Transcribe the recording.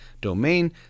domain